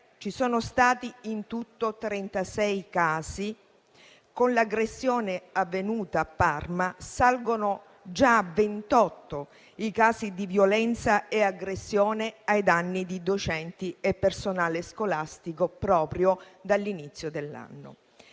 ci sono stati in tutto 36 casi; con l'aggressione avvenuta a Parma salgono già a 28 i casi di violenza e aggressione ai danni di docenti e personale scolastico dall'inizio dell'anno.